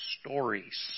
stories